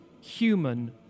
human